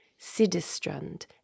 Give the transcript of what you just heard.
sidestrand